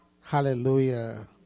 Hallelujah